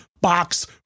box